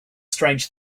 strange